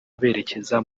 berekeza